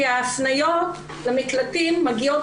כי ההפניות למקלטים מגיעות,